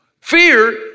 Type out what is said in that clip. fear